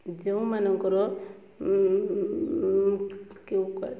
ଯେଉଁମାନଙ୍କର କେଉଁ କରେ